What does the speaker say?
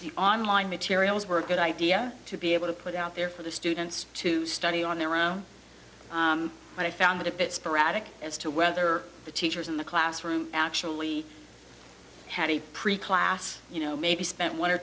the online materials were a good idea to be able to put out there for the students to study on their own but i found it a bit sporadic as to whether the teachers in the classroom actually had a pretty classic you know maybe spent one or